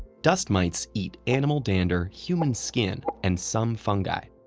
dust mites eat animal dander, human skin, and some fungi.